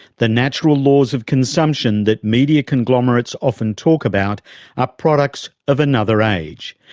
the natural laws of consumption that media conglomerates often talk about are products of another age.